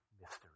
mystery